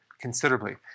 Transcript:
considerably